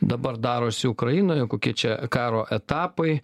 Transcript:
dabar darosi ukrainoje kokie čia karo etapai